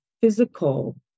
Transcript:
physical